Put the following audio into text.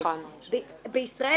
בישראל,